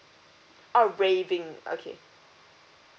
oh raving okay